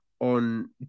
on